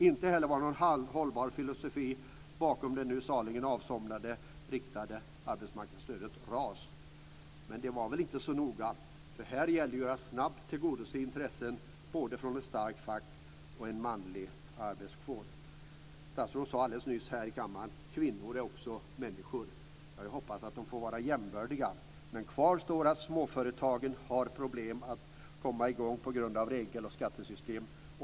Inte heller var det någon hållbar filosofi bakom det nu saligen avsomnade riktade arbetsmarknadsstödet RAS. Men det var väl inte så noga, för här gäller det att snabbt tillgodose intressen både från ett starkt fack och från en manlig arbetskår. Statsrådet sade alldeles nyss i kammaren: Kvinnor är också människor. Jag hoppas att de får vara jämbördiga. Men kvar står att småföretagen har problem med att komma i gång på grund av regel och skattesystem.